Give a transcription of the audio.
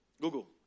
Google